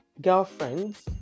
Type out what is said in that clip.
Girlfriends